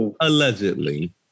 Allegedly